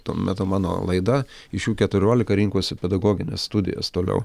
tuo metu mano laida iš jų keturiolika rinkosi pedagogines studijas toliau